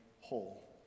whole